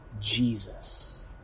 Jesus